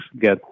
get